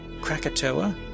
Krakatoa